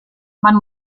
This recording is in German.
man